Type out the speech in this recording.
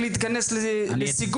אני מבקש להתכנס לסיכום.